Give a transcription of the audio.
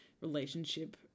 relationship